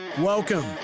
Welcome